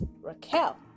Raquel